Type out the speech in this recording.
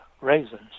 raisins